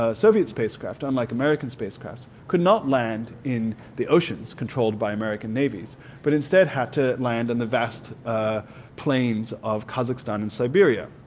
ah soviet spacecraft unlike american spacecrafts, could not land in the oceans controlled by american navies but instead had to land in the vast plains of kazakhstan in siberia.